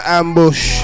ambush